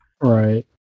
Right